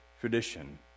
tradition